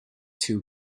two